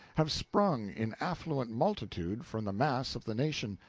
have sprung in affluent multitude from the mass of the nation,